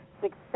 success